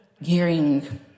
hearing